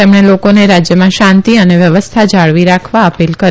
તેમણે લોકોને રાજયમાં શાંતી અને વ્યવસ્થા જાળવી રાખવા અપ્તીલ કરી